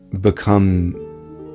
become